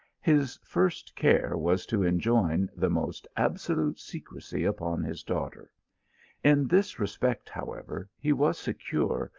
his first care was to enjoin the most absolute secrecy upon his daughter in this respect, however, he was secure,